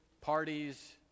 parties